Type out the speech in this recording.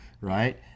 right